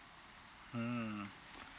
mm